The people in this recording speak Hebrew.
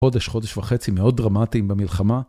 חודש, חודש וחצי מאוד דרמטיים במלחמה.